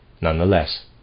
Nonetheless